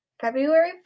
February